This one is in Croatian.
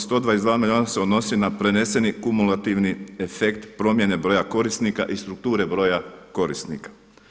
122 milijuna se odnosi na preneseni kumulativni efekt promjene broja korisnika i strukture broja korisnika.